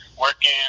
working